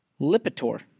Lipitor